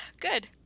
good